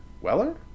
weller